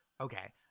okay